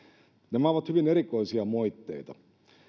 nämä ovat hyvin erikoisia moitteita